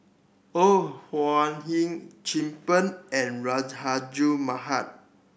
Ore Huiying Chin Peng and Rahayu Mahzam